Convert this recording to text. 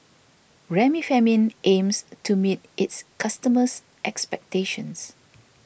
Remifemin aims to meet its customers' expectations